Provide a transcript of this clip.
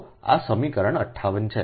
તો આ સમીકરણ 58 છે